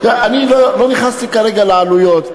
אני לא נכנסתי כרגע לעלויות.